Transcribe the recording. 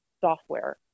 software